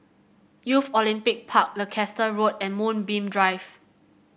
Youth Olympic Park Leicester Road and Moonbeam Drive